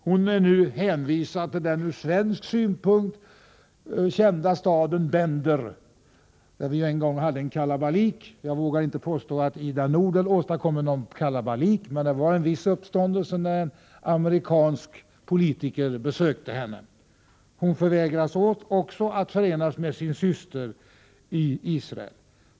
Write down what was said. Hon är nu hänvisad till den ur svensk synpunkt kända staden Bender, där vi en gång hade kalabalik. Jag vågar inte påstå att Ida Nudel åstadkommer någon kalabalik, men det var ändå en viss uppståndelse när en amerikansk politiker besökte henne. Hon förvägras att förenas med sin syster i Israel.